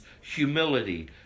humility